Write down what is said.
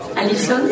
Alison